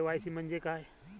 KYC म्हंजे काय?